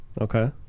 Okay